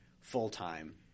full-time